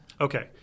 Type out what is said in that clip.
Okay